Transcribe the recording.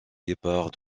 départ